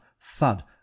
thud